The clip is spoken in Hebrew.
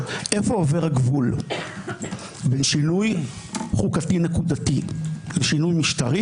השאלה איפה עובר הגבול בין שינוי חוקתי נקודתי לשינוי משטרי